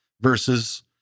versus